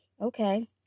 Okay